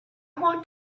want